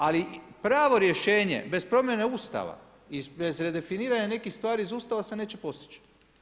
Ali, pravo rješenje, bez promjene Ustava i bez redefiniranja nekih stvari iz Ustava se neće postići.